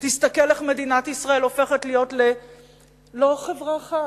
תסתכל איך מדינת ישראל הופכת להיות לא חברה אחת,